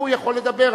הוא יכול לדבר.